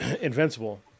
Invincible